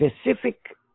specific